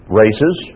races